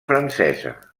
francesa